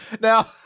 Now